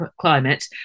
climate